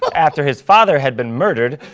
but after his father had been murdered,